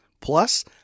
Plus